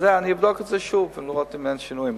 אני אבדוק את זה שוב לראות אם אין שינוי.